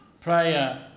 prayer